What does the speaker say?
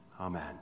Amen